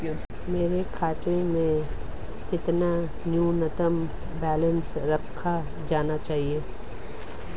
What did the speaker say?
मेरे खाते में कितना न्यूनतम बैलेंस रखा जाना चाहिए?